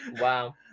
Wow